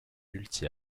multi